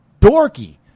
dorky